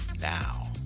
Now